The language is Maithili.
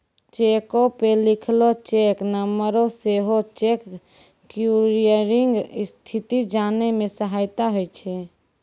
चेको पे लिखलो चेक नंबरो से सेहो चेक क्लियरिंग स्थिति जाने मे सहायता होय छै